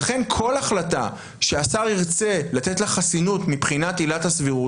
ולכן כל החלטה שהשר ירצה לתת לה חסינות מבחינת עילת הסבירות,